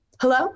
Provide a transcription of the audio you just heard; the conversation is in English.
Hello